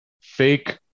fake